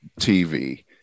TV